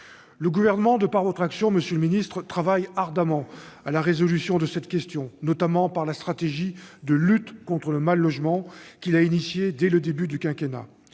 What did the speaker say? Le Gouvernement, grâce à votre action, monsieur le ministre, travaille ardemment à la résolution de cette question, notamment par la stratégie de lutte contre le mal-logement qu'il a engagée dès le début du quinquennat.